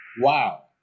wow